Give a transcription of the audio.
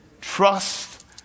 Trust